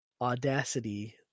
audacity